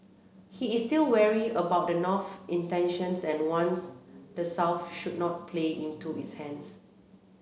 he is still wary about the North's intentions and warns the South should not play into its hands